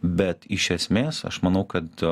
bet iš esmės aš manau kad